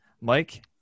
Mike